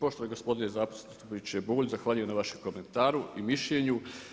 Poštovani gospodine zastupniče Bulj, zahvaljujem na vašem komentaru i mišljenju.